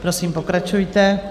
Prosím, pokračujte.